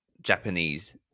Japanese